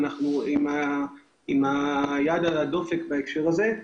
ואנחנו כן נמצאים עם היד על הדופק בהקשר הזה.